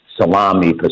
salami